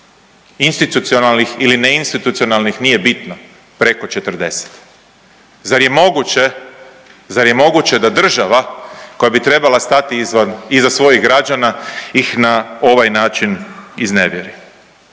institucionalnih ili neinstitucionalnih nije bitno, preko 40. Zar je moguće, zar je moguće da država koja bi trebala stati iza svojih građana ih na ovaj način iznevjeri?